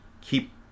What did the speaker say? keep